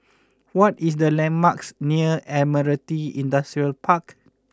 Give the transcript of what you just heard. what is the landmarks near Admiralty Industrial Park